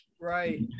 Right